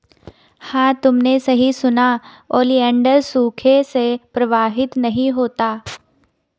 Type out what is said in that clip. हां तुमने सही सुना, ओलिएंडर सूखे से प्रभावित नहीं होता